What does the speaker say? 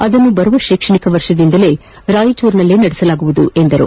ಅದನ್ನು ಬರುವ ಶೈಕ್ಷಣಿಕ ವರ್ಷದಿಂದಲೇ ರಾಯಚೂರಿನಲ್ಲೇ ನಡೆಸಲಾಗುವುದು ಎಂದರು